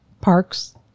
parks